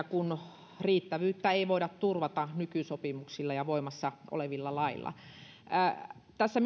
kun riittävyyttä ei voida turvata nykysopimuksilla ja voimassa olevilla laeilla tässä